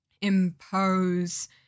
impose